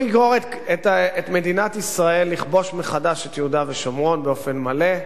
הוא יגרור את מדינת ישראל לכבוש מחדש את יהודה ושומרון באופן מלא,